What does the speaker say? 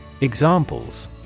Examples